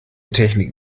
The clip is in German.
technik